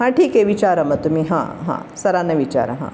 हां ठीक आहे विचारा मग तुम्ही हां हां सरांना विचारा हां